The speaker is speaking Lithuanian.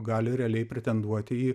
gali realiai pretenduoti į